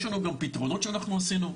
יש לנו גם פתרונות שאנחנו עשינו,